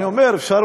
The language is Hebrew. אני אומר: אפשר,